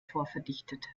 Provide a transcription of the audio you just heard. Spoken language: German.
vorverdichtet